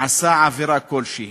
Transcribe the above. עשה עבירה כלשהי,